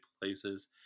places